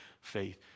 faith